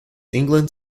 england